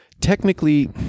technically